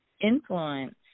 influence